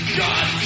god